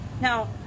Now